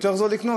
יותר זול לקנות,